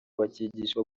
bakigishwa